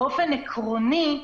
באופן עקרוני,